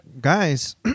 guys